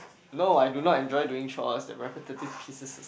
no I do not enjoy doing choirs the repetitive pieces